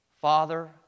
Father